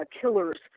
killers